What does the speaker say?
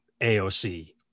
aoc